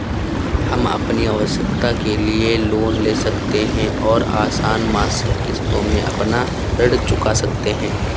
हम अपनी आवश्कता के लिए लोन ले सकते है और आसन मासिक किश्तों में अपना ऋण चुका सकते है